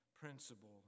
principle